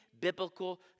biblical